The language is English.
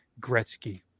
Gretzky